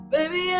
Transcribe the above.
Baby